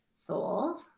soul